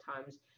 times